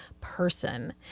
person